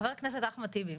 חבר הכנסת אחמד טיבי,